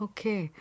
Okay